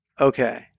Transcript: Okay